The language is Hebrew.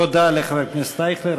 תודה לחבר הכנסת אייכלר.